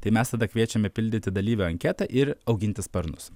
tai mes tada kviečiame pildyti dalyvio anketą ir auginti sparnus